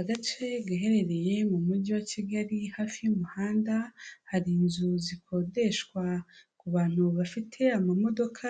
Agace gaherereye mu mujyi wa Kigali hafi y'umuhanda, hari inzu zikodeshwa, ku bantu bafite amamodoka